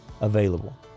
available